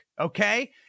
Okay